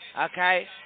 Okay